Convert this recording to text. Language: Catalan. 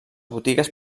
botigues